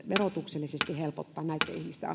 verotuksellisesti helpottaa näitten ihmisten